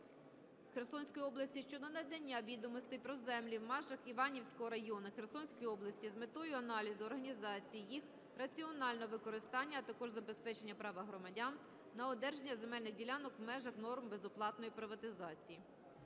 Херсонської області щодо надання відомостей про землі в межах Іванівського району Херсонської області з метою аналізу організації їх раціонального використання, а також забезпечення права громадян на одержання земельних ділянок в межах норм безоплатної приватизації.